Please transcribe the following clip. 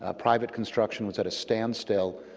ah private construction was at a standstill,